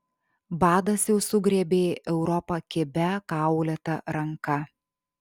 badas jau sugriebė europą kibia kaulėta ranka